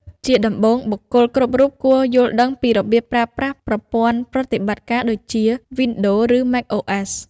ជាដំបូង បុគ្គលគ្រប់រូបគួរយល់ដឹងពីរបៀបប្រើប្រាស់ប្រព័ន្ធប្រតិបត្តិការដូចជា Windows ឬ macOS។